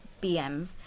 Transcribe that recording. PM